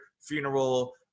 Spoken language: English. funeral